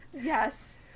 Yes